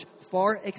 far